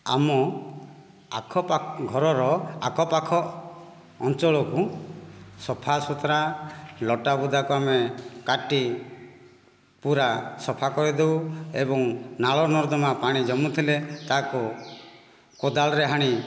ଆମ ଆଖ ପା ଘରର ଆଖପାଖ ଅଞ୍ଚଳକୁ ସଫାସୁତରା ଲଟା ବୁଦାକୁ ଆମେ କାଟି ପୂରା ସଫା କରିଦେଉ ଏବଂ ନାଳନର୍ଦ୍ଦମା ପାଣି ଜମୁଥିଲେ ତାକୁ କୋଦାଳରେ ହାଣି